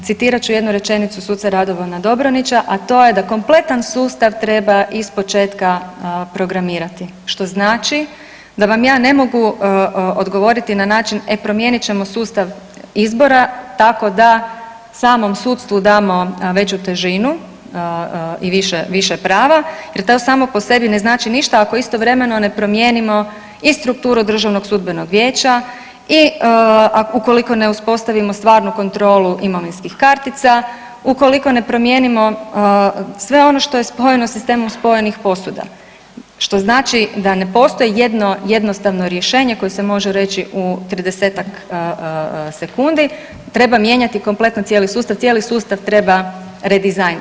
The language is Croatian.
E sad citirat ću jednu rečenicu suca Radovana Dobronića, a to je da kompletan sustav treba ispočetka programirati, što znači da vam ja ne mogu odgovoriti na način e promijenit ćemo sustav izbora tako da samom sudstvu damo veću težinu i više, više prava jer to samo po sebi ne znači ništa ako istovremeno ne promijenimo i strukturu DSV-a i ukoliko ne uspostavimo stvarnu kontrolu imovinskih kartica, ukoliko ne promijenimo sve ono što je spojeno sistemom spojenih posuda, što znači da ne postoji jedno jednostavno rješenje koje se može reći u 30-tak sekundi, treba mijenjati kompletno cijeli sustav, cijeli sustav treba redizajn.